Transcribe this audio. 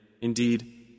Indeed